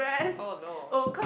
oh no